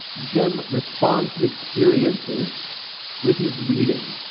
yeah cem responds to experiences with his reading.